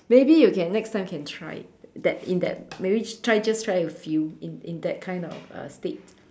maybe you can next time can try it that in that maybe try just try a few in in that kind of uh state